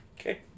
Okay